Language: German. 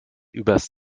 übers